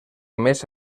més